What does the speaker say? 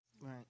Right